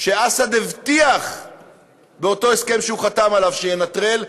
שאסד הבטיח באותו הסכם שהוא חתם עליו שהוא ינטרל,